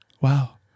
wow